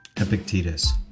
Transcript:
Epictetus